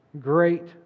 Great